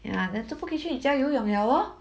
ya then 都不可以去你家游泳了咯